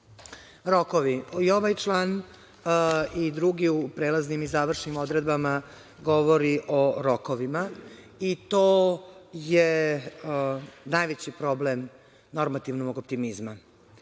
Rokovi. Ovaj član i drugi u prelaznim i završnim odredbama govori o rokovima i to je najveći problem normativnog optimizma.